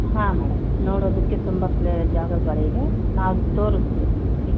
ಹಾಂ ಮೇಡಮ್ ನೋಡೋದಕ್ಕೆ ತುಂಬ ಪ್ಲೇ ಜಾಗಗಳಿದೆ ನಾನು ತೋರಸ್ತೀನಿ ನಿಮಗೆ